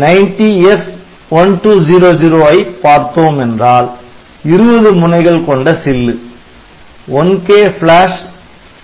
90S1200 ஐ பார்த்தோம் என்றால் 20 முனைகள் கொண்ட சில்லு 1K ப்ளாஷ்